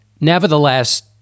nevertheless